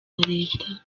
leta